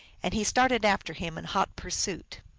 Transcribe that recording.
and he started after him in hot pursuit.